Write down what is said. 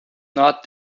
not